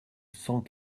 cent